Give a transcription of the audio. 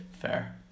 Fair